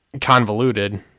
convoluted